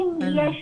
אם יש